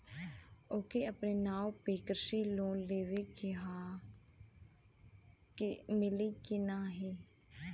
ओके अपने नाव पे कृषि लोन लेवे के हव मिली की ना ही?